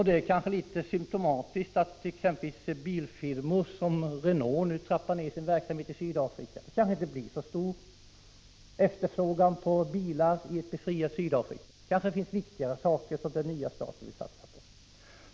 Det kanske är symptomatiskt att exempelvis bilfirmor som Renault nu trappar ned sin verksamhet i Sydafrika. Det kanske inte blir så stor efterfrågan på bilar i ett befriat Sydafrika. Det kanske finns viktigare saker som den nya staten vill satsa på.